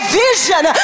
vision